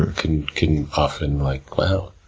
and can can often like, wow,